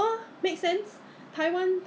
没有啦我现在不去 airport 了 because the other